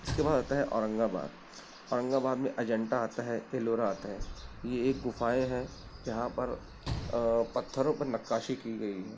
اس کے بعد آتا ہے اورنگ آباد اورنگ آباد میں اجنٹا آتا ہے ایلورا آتا ہے یہ ایک گپھائیں ہیں جہاں پر پتھروں پر نقاشی کی گئی ہے